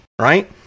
right